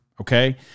okay